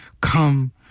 come